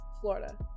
Florida